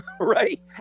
right